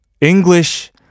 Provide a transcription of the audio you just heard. English